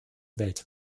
welt